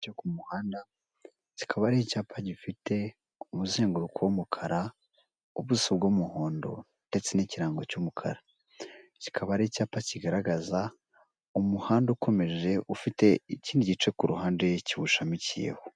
Icyapa cyo kikaba ari icyapa gifite umuzenguruko w'umukara ubuso bw'umuhondo ndetse n'ikirango cy'umukara, kikaba ari icyapa kigaragaza umuhanda ukomeje ufite ikindi gice ku ruhande kiwushamikiyeho.